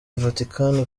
vatican